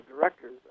directors